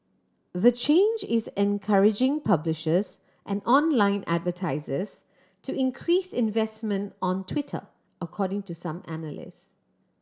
the change is encouraging publishers and online advertisers to increase investment on Twitter according to some analyst